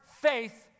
faith